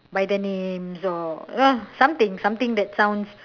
by their names or you know uh something something that sounds